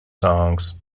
songs